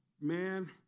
man